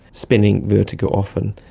spinning vertigo often,